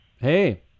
hey